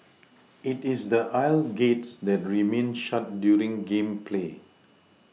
it is the aisle gates that remain shut during game play